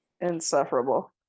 Insufferable